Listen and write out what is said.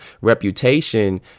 reputation